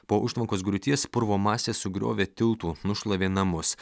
po užtvankos griūties purvo masė sugriovė tiltų nušlavė namus